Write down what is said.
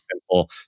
simple